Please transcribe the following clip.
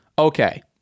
okay